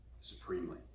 supremely